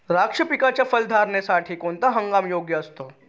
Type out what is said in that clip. द्राक्ष पिकाच्या फलधारणेसाठी कोणता हंगाम योग्य असतो?